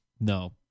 No